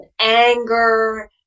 anger